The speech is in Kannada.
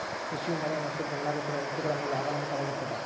ಕೃಷಿಯು ಮಳೆ ಮತ್ತು ಬದಲಾಗುತ್ತಿರೋ ಋತುಗಳ ಮ್ಯಾಲೆ ಅವಲಂಬಿತವಾಗಿರ್ತದ